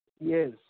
Yes